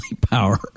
power –